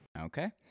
Okay